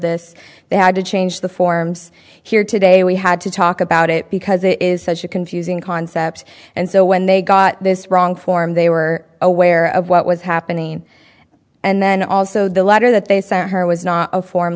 this they had to change the forms here today we had to talk about it because it is such a confusing concept and so when they got this wrong form they were aware of what was happening and then also the letter that they saw her was not a form